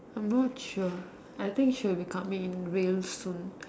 I'm not sure I think she will be coming in real soon